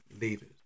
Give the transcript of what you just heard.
leaders